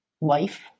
life